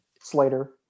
Slater